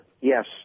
Yes